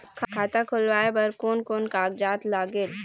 खाता खुलवाय बर कोन कोन कागजात लागेल?